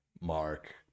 mark